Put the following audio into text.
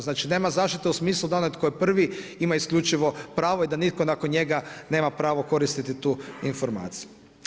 Znači, nema zaštite u smislu da onaj tko je prvi ima isključivo pravo i da nitko nakon njega nema pravo koristiti tu informaciju.